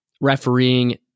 refereeing